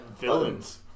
Villains